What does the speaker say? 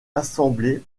assemblé